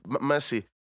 mercy